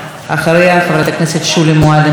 אחריה, חברת הכנסת שולי מועלם-רפאלי.